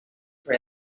for